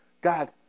God